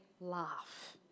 laugh